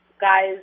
guys